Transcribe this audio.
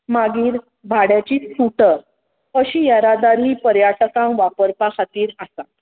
मागीर भाड्याची स्कुटर अशी येरादारी पर्यटकांक वापरपा खातीर आसा